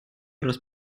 раз